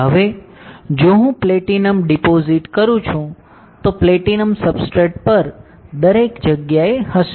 હવે જો હું પ્લેટિનમ ડિપોજિટ કરું છું તો પ્લેટિનમ સબસ્ટ્રેટ પર દરેક જગ્યાએ હશે